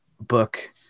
book